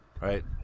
Right